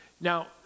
Now